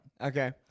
Okay